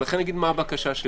לכן אומר מה הבקשה שלי.